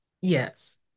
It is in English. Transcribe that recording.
Yes